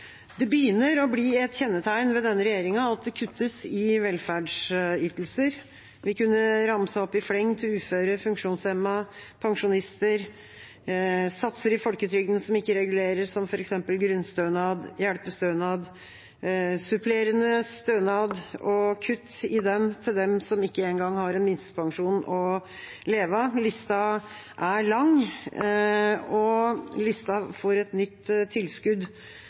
Det begynner å bli et kjennetegn ved denne regjeringa at det kuttes i velferdsytelser. Vi kunne ramset opp i fleng: til uføre, funksjonshemmede, pensjonister, satser i folketrygden som ikke reguleres, som f.eks. grunnstønad, hjelpestønad, supplerende stønad og kutt i den til dem som ikke engang har en minstepensjon å leve av. Lista er lang, og den får et nytt tilskudd